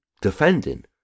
defending